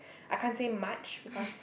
I can't say much because